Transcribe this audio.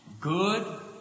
good